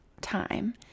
time